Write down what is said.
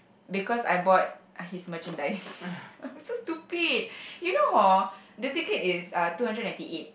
because I bought his merchandise so stupid you know hor the ticket is uh two hundred ninety eight